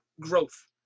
growth